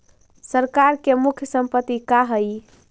सरकार के मुख्य संपत्ति का हइ?